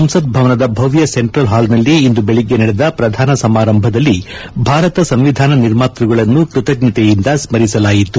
ಸಂಸತ್ಭವನದ ಭವ್ಯ ಸೆಂಟ್ರಲ್ ಹಾಲ್ನಲ್ಲಿ ಇಂದು ಬೆಳಿಗ್ಗೆ ನಡೆದ ಪ್ರಧಾನ ಸಮಾರಂಭದಲ್ಲಿ ಭಾರತ ಸಂವಿಧಾನ ನಿರ್ಮಾತ್ವಗಳನ್ನು ಕೃತಜ್ಞತೆಯಿಂದ ಸ್ಮರಿಸಲಾಯಿತು